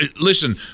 listen